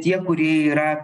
tie kurie yra